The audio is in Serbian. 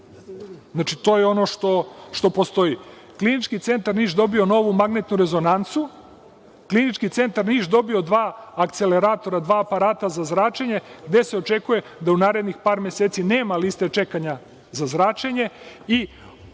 Znači, to je ono što postoji. Klinički centar Niš dobio je novu magnetnu rezonancu. Klinički centar Niš je dobio dva akceleratora, dva aparata za zračenje gde se očekuje da u narednih par meseci nema liste čekanja za zračenje